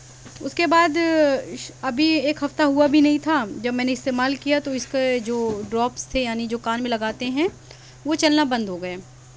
اس کے بعد ابھی ایک ہفتہ ہوا بھی نہیں تھا جب میں نے استعمال کیا تو اس کے جو ڈراپس تھے یعنی جو کان میں لگاتے ہیں وہ چلنا بند ہو گئے